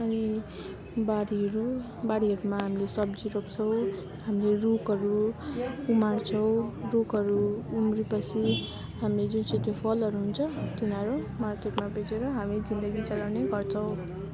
अनि बारीहरू बारीहरूमा हामीले सब्जी रोप्छौँ हामीले रुखहरू उमार्छौँ रुखहरू उम्रिएपछि हामी जुन चाहिँ त्यो फलहरू हुन्छ तिनीहरू मार्केटमा बेचेर हामी जिन्दगी चलाउने गर्छौँ